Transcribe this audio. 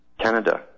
Canada